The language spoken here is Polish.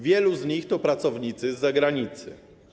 Wielu z nich to pracownicy z zagranicy.